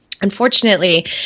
Unfortunately